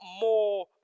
more